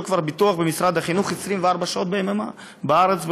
כבר ביטוח במשרד החינוך 24 שעות ביממה בארץ,